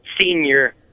senior